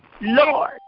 Lord